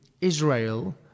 Israel